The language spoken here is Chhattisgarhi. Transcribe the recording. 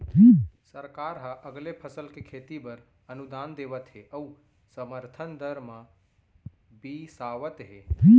सरकार ह अलगे फसल के खेती बर अनुदान देवत हे अउ समरथन दर म बिसावत हे